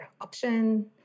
option